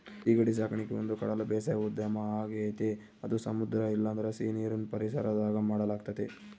ಸೀಗಡಿ ಸಾಕಣಿಕೆ ಒಂದುಕಡಲ ಬೇಸಾಯ ಉದ್ಯಮ ಆಗೆತೆ ಅದು ಸಮುದ್ರ ಇಲ್ಲಂದ್ರ ಸೀನೀರಿನ್ ಪರಿಸರದಾಗ ಮಾಡಲಾಗ್ತತೆ